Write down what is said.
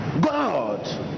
God